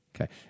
Okay